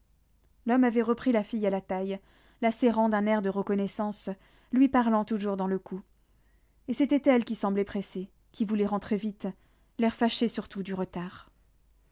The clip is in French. l'homme avait repris la fille à la taille la serrant d'un air de reconnaissance lui parlant toujours dans le cou et c'était elle qui semblait pressée qui voulait rentrer vite l'air fâché surtout du retard